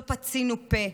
לא פצינו פה,